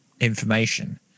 information